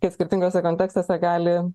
ir skirtinguose kontekstuose gali